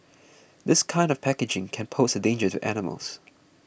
this kind of packaging can pose a danger to animals